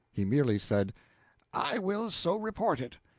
he merely said i will so report it.